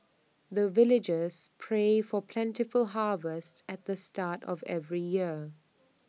the villagers pray for plentiful harvest at the start of every year